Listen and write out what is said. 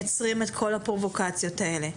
מייצרים את כל הפרובוקציות האלה.